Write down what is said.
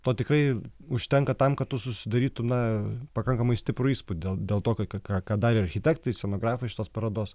to tikrai užtenka tam kad tu susidarytum na pakankamai stiprų įspūdį dėl to ką ką darė architektai scenografai šitos parodos